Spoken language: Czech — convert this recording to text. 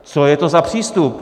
Co je to za přístup?